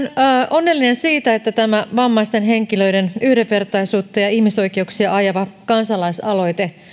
onnellinen siitä että tämä vammaisten henkilöiden yhdenvertaisuutta ja ihmisoikeuksia ajava kansalaisaloite